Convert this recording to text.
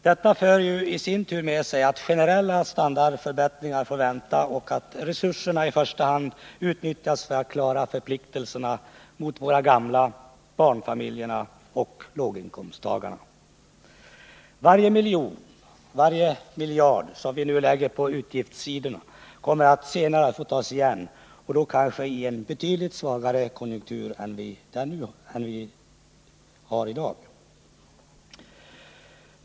Detta för i sin tur med sig att generella standardförbättringar får vänta och att resurserna i första hand utnyttjas för att klara förpliktelserna mot våra gamla, barnfamiljerna och låginkomsttagarna. Varje miljon och miljard på utgiftssidan kommer senare att få tas igen — och då kanske i en betydligt svagare konjunktur än den vi nu har.